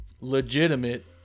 legitimate